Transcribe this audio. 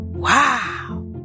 Wow